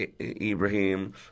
Ibrahim